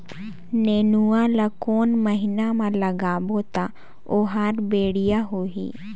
नेनुआ ला कोन महीना मा लगाबो ता ओहार बेडिया होही?